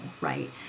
Right